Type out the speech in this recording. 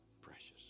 precious